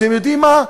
אתם יודעים מה,